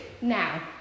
Now